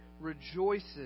rejoices